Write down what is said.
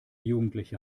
jugendliche